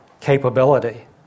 capability